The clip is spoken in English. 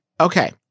okay